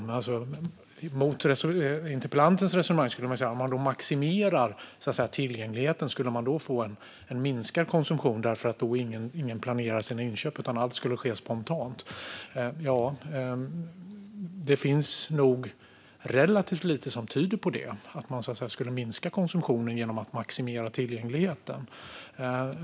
Det går alltså mot interpellantens resonemang om minskad konsumtion om tillgängligheten maximeras och att ingen då skulle planera sina inköp utan att allt skulle ske spontant. Det finns nog relativt lite som tyder på minskad konsumtion genom maximerad tillgänglighet.